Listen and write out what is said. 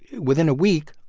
within a week,